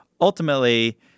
ultimately